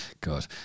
God